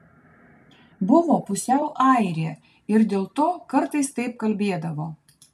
buvo pusiau airė ir dėl to kartais taip kalbėdavo